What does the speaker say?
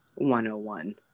101